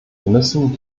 müssen